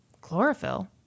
chlorophyll